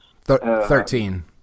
Thirteen